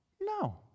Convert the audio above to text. No